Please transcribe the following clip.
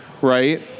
right